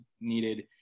needed